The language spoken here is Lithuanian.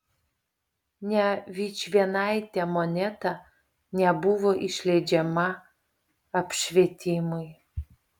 nė vičvienaitė moneta nebuvo išleidžiama apšvietimui